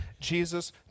Jesus